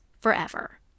forever